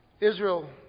Israel